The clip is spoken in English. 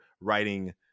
writing